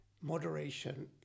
moderation